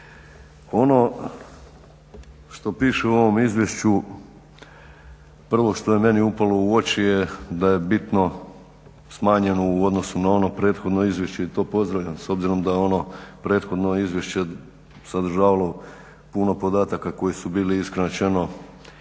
Ono što piše u ovom izvješću, prvo što je meni upalo u oči je da je bitno smanjeno u odnosu na ono prethodno izvješće i to pozdravljam s obzirom da ono prethodno izvješće sadržavalo puno podataka koji su bili iskreno rečeno